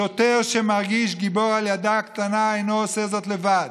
שוטר שמרגיש גיבור על ילדה קטנה אינו עושה זאת לבד.